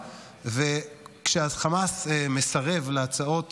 וכשהחמאס מסרב להצעות